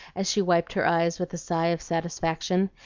as she wiped her eyes with a sigh of satisfaction.